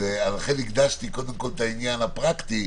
לכן הקדשתי קודם כול את העניין הפרקטי,